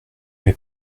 mes